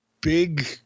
big